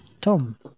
Tom